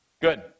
good